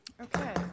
Okay